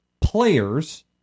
players